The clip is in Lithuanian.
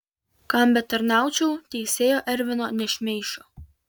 kam betarnaučiau teisėjo ervino nešmeišiu